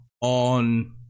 on